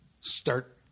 start